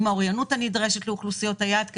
עם האוריינות הנדרשת לאוכלוסיות היעד.